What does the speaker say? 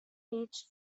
beach